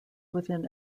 within